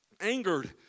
Angered